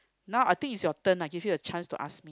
now I think is your turn lah give you a chance to ask me